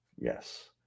Yes